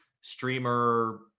streamer